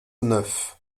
neuf